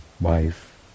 wife